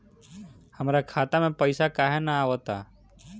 हमरा खाता में पइसा काहे ना आव ता?